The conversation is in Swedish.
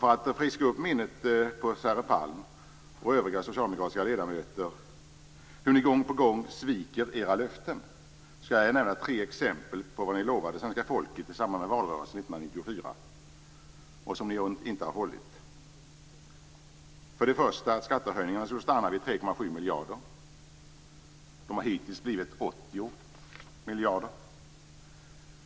För att friska upp minnet på Sverre Palm och övriga socialdemokratiska ledamöter om hur ni gång på gång sviker era löften skall jag nämna tre exempel på vad ni lovade svenska folket i samband med valrörelsen 1994 men som ni inte har hållit. För det första lovade ni att skattehöjningarna skulle stanna vid 3,7 miljarder kronor. De har hittills blivit 80 miljarder kronor.